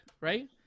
right